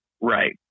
Right